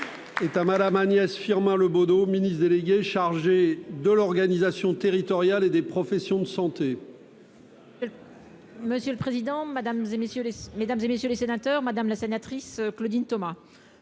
et. Ah Madame Agnès Firmin Le Bodo, ministre déléguée chargée de l'organisation territoriale et des professions de santé. Monsieur le Président, Madame et messieurs les mesdames et messieurs les sénateurs, madame la sénatrice Claudine Thomas,